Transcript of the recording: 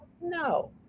No